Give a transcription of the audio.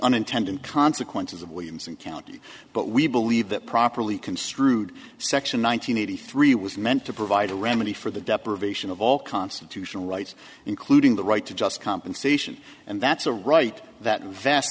unintended consequences of williamson county but we believe that properly construed section one thousand nine hundred three was meant to provide a remedy for the deprivation of all constitutional rights including the right to just compensation and that's a right that invest